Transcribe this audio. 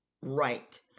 right